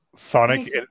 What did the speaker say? Sonic